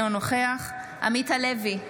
אינו נוכח עמית הלוי,